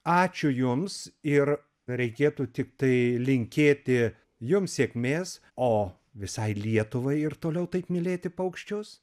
ačiū jums ir reikėtų tiktai linkėti jums sėkmės o visai lietuvai ir toliau taip mylėti paukščius